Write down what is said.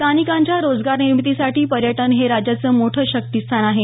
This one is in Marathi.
स्थानिकांच्या रोजगारनिर्मितीसाठी पर्यटन हे राज्याचं मोठं शक्तीस्थान आहे